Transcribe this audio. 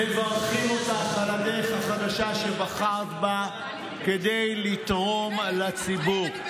אנחנו מברכים אותך על הדרך החדשה שבחרת בה כדי לתרום לציבור.